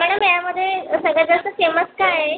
madam यामध्ये सगळ्यात जास्त फेमस काय आहे